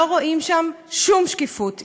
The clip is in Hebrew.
לא רואים שם שום שקיפות.